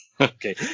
Okay